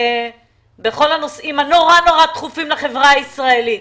בכל הנושאים הנורא נורא דחופים לחברה הישראלית.